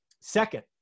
Second